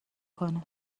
کنه